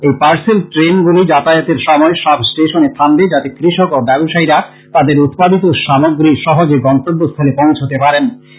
এই পার্সেল ট্রেনগুলি যাতায়াতের সময় সব স্টেশনে থামবে যাতে কৃষক ও ব্যবসায়ীরা তাদের উৎপাদিত সামগ্রী সহজে গন্তব্য স্থলে পৌছোতে পারেন